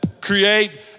create